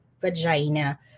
vagina